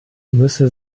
müsse